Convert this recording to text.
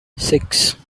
six